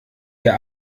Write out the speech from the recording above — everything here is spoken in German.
der